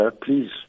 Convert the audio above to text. Please